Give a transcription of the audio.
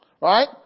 Right